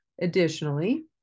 Additionally